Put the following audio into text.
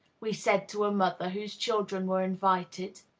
we said to a mother whose children were invited.